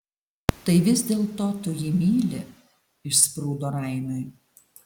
tai vis dėlto tu jį myli išsprūdo raimiui